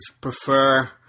prefer